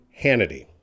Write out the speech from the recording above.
Hannity